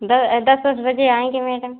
the दस वस बजे आएंगे मैडम